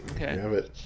Okay